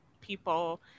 people